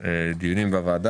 אני מחדש את הדיונים בוועדה,